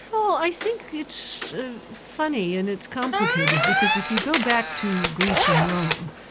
i think it's funny and it's complicated, because if you go back to greece and rome,